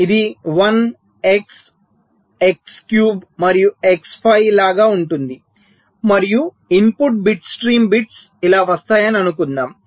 ఇది 1 x x cube మరియు x 5 లాగా ఉంటుంది మరియు ఇన్పుట్ బిట్ స్ట్రీమ్ బిట్స్ ఇలా వస్తాయని అనుకుందాం